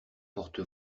porte